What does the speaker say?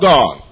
God